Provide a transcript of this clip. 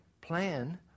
plan